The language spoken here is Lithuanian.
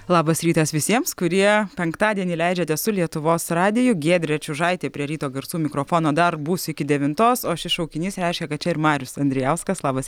labas rytas visiems kurie penktadienį leidžiate su lietuvos radiju giedrė čiužaitė prie ryto garsų mikrofono dar būsiu iki devintos o šis šaukinys reiškia kad čia ir marius andrijauskas labas